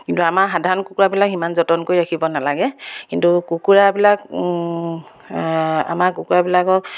কিন্তু আমাৰ সাধাৰণ কুকুৰাবিলাক সিমান যতন কৰি ৰাখিব নালাগে কিন্তু কুকুৰাবিলাক আমাৰ কুকুৰাবিলাকক